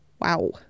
Wow